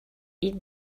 eat